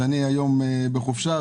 אז אני היום בחופשה,